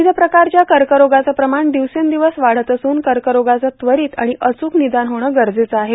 विविध प्रकारच्या कर्करोगाचं प्रमाण दिवसेंदिवस वाढत असून कर्करोगाचं त्वरीत आणि अच्रक निदान होणं गरजेचं आहे